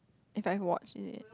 if I watch it